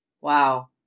Wow